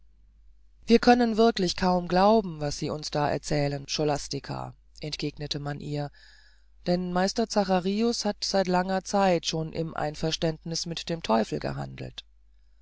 wir können wirklich kaum glauben was sie uns da erzählen scholastica entgegnete man ihr denn meister zacharius hat seit langer zeit schon im einverständniß mit dem teufel gehandelt